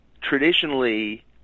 traditionally